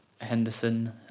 Henderson